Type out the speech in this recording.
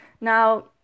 Now